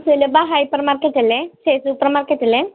സുലഭ hypermarket അല്ലേ supermarket അല്ലേ